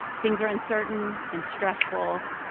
things are uncertain and stressful,